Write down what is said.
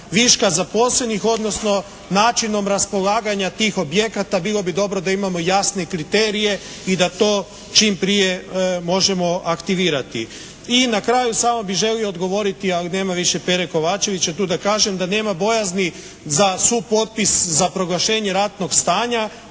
viška zaposlenih, odnosno načinom raspolaganja tih objekata bilo bi dobro da imamo jasne kriterije i da to čim prije možemo aktivirati. I na kraju samo bih želio odgovoriti, ali nema više Pere Kovačevića tu da kažem, da nema bojazni za supotpis za proglašenje ratnog stanja.